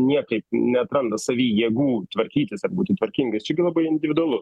niekaip neatranda savy jėgų tvarkytis ar būti tvarkingais čia gi labai individualu